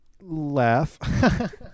laugh